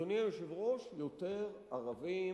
אדוני היושב-ראש, יותר ערבים,